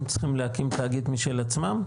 הם צריכים להקים תאגיד משל עצמם?